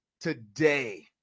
today